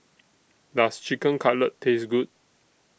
Does Chicken Cutlet Taste Good